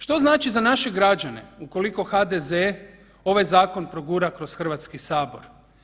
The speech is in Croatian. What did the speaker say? Što znači za naše građane ukoliko HDZ ovaj zakon progura kroz Hrvatski sabor?